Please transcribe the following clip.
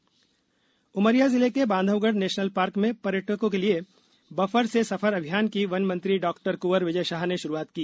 Bandhavgarh tiger Umaria जिले के Bandhavgarh national park में पर्यटकों के लिये बफर से सफर अभियान की वन मंत्री डा कुंवर विजय शाह ने शुरुआत की